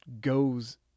goes